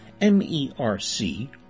M-E-R-C